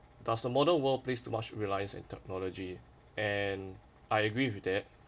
does the modern world place too much reliance on technology and I agree with that